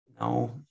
No